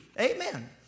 Amen